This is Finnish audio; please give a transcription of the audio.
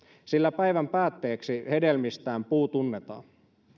sillä päivän päätteeksi hedelmistään puu tunnetaan